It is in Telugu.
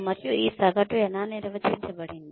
మరియు ఈ సగటు ఎలా నిర్వచించబడింది